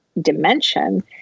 dimension